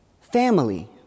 family